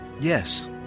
Yes